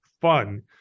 fun